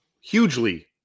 hugely